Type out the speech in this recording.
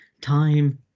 time